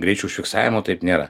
greičio užfiksavimo taip nėra